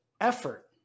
effort